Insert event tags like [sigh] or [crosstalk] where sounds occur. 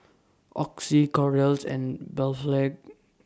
Oxy Kordel's and [unintelligible]